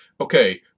okay